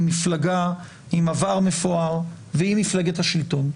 מפלגה עם עבר מפואר והיא מפלגת השלטון,